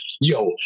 yo